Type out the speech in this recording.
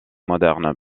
moderne